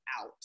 out